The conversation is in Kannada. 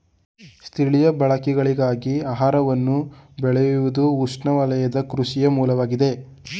ಸ್ಥಳೀಯ ಬಳಕೆಗಳಿಗಾಗಿ ಆಹಾರವನ್ನು ಬೆಳೆಯುವುದುಉಷ್ಣವಲಯದ ಕೃಷಿಯ ಮೂಲವಾಗಿದೆ